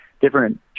different